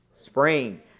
Spring